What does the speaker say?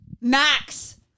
Max